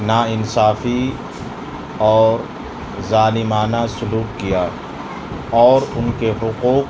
نا انصافی اور ظالمانہ سلوک کیا اور ان کے حقوق